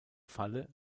falle